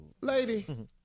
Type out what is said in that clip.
Lady